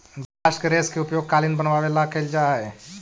bast के रेश के उपयोग कालीन बनवावे ला कैल जा हई